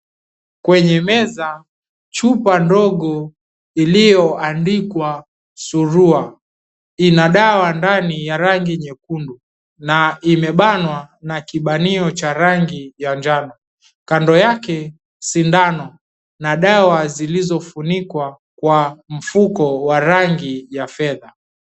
Kwenye meza, chupa ndogo iliyoandikwa "Suruwa" ina dawa ndani ya rangi nyekundu na imebanwa na kibanio cha rangi ya njano. Kando yake sindano na dawa zilizofunikwa kwa mfuko wa rangi ya fedha.